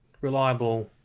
reliable